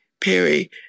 Perry